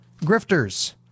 Grifters